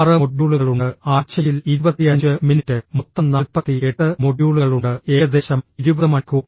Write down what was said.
6 മൊഡ്യൂളുകളുണ്ട് ആഴ്ചയിൽ 25 മിനിറ്റ് മൊത്തം 48 മൊഡ്യൂളുകളുണ്ട് ഏകദേശം 20 മണിക്കൂർ